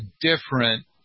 different